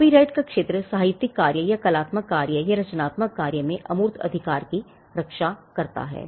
copyright का क्षेत्र साहित्यिक कार्य या कलात्मक कार्य या रचनात्मक कार्य में अमूर्त अधिकार की रक्षा करता है